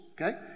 okay